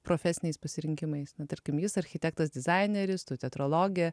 profesiniais pasirinkimais tarkim jis architektas dizaineris teatrologė